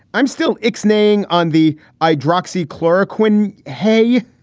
i'm still like saying on the i doxie, clora quinn. hey,